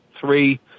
Three